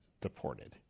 deported